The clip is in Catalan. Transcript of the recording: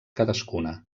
cadascuna